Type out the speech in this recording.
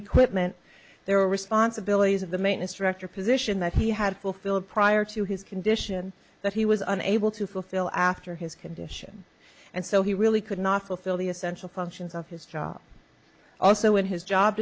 equipment their responsibilities of the main instructor position that he had fulfilled prior to his condition that he was unable to fulfill after his condition and so he really could not fulfill the essential functions of his job also in his job